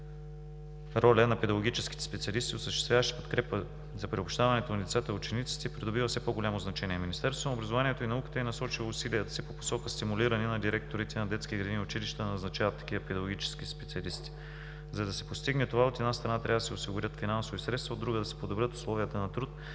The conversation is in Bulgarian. ролята на педагогическите специалисти, осъществяващи подкрепа за приобщаването на децата и учениците, придобива все по-голямо значение. Министерството на образованието и науката е насочило усилията си по посока стимулиране на директорите на детски градини и училища да назначават такива педагогически специалисти. За да се постигне това, от една страна, трябва да се осигурят финансови средства, а от друга, да се подобрят условията на труд,